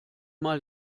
mal